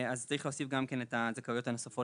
צריך להוסיף גם לשם את הזכאויות לשם.